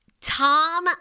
Tom